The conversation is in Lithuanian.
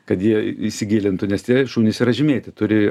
kad jie įsigilintų nes tie šunys yra žymėti turi